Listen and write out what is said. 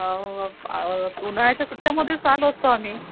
औ अ उन्हाळ्याच्या सुट्ट्यामध्येच आलो असतो आम्ही